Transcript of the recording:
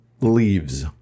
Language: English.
leaves